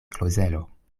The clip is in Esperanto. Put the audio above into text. klozelo